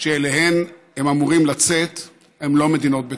שאליהן הם אמורים לצאת הן לא מדינות בטוחות.